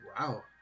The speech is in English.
Wow